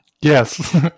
Yes